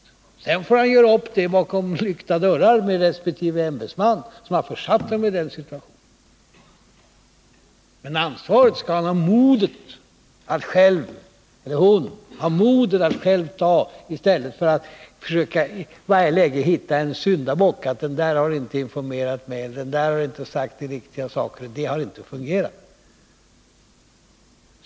Sedan får han göra upp det bakom lyckta dörrar med resp. ämbetsman som försatt honom i den situationen. Men ansvaret skall han, eller hon, ha modet att själv ta i stället för att i varje läge försöka hitta en syndabock: Den där har inte informerat mig, den där har inte sagt riktiga saker, det där har inte fungerat.